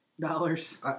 Dollars